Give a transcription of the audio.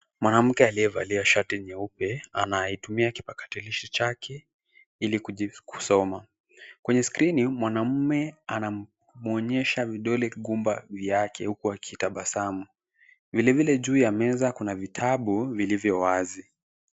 Mwanamke aliyevalia shati nyeupe anayetumia kipakatisho chake ilikujifunza kusoma. Kwenye skrini, mwanamume anamuonyesha vidole gumba vyake huku wakitabasamu. Vile vile juu ya meza kuna vitabu vilivyo wazi.